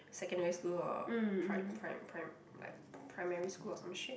secondary school or prim~ prim~ prim~ like primary school or some shit